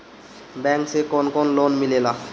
Bank से कौन कौन लोन मिलेला?